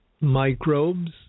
microbes